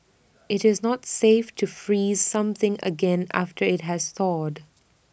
IT is not safe to freeze something again after IT has thawed